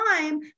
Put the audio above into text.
time